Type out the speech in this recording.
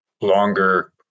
longer